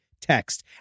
text